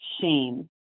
shame